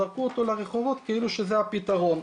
זרקו אותו לרחובות כאילו שזה הפתרון.